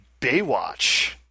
Baywatch